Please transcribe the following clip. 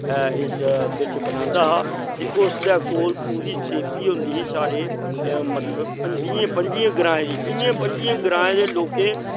इस बिच्च बनांदा हा ते उस दै कोल पूरी सेप्पी होंदी ही साढ़े मतलव बीहें पंजियें बीहें पंजियें ग्राएं दे लोकें